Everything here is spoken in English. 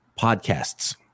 podcasts